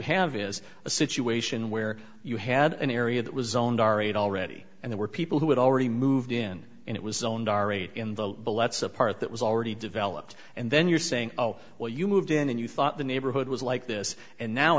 have is a situation where you had an area that was own dari it already and there were people who had already moved in and it was in the bill that's a part that was already developed and then you're saying oh well you moved in and you thought the neighborhood was like this and now